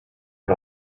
had